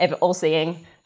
all-seeing